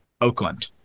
Oakland